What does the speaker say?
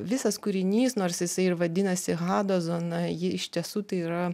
visas kūrinys nors jisai ir vadinasi hado zona ji iš tiesų tai yra